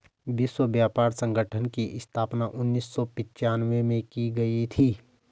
विश्व व्यापार संगठन की स्थापना उन्नीस सौ पिच्यानवे में की गई थी